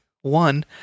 one